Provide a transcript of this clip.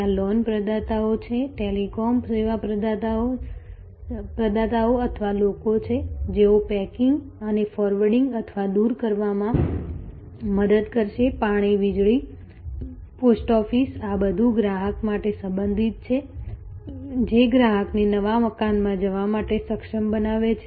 ત્યાં લોન પ્રદાતાઓ છે ટેલિકોમ સેવા પ્રદાતાઓ અથવા લોકો છે જેઓ પેકિંગ અને ફોરવર્ડિંગ અથવા દૂર કરવામાં મદદ કરશે પાણી વીજળી પોસ્ટ ઓફિસ આ બધું ગ્રાહક માટે સંબંધિત છે જે ગ્રાહકને નવા મકાનમાં જવા માટે સક્ષમ બનાવે છે